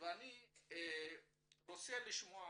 אני רוצה לשמוע